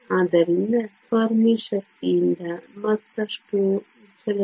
ಆದ್ದರಿಂದ ಫೆರ್ಮಿ ಶಕ್ತಿಯಿಂದ ಮತ್ತಷ್ಟು ವಿಚಲನ